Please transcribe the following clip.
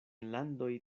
landoj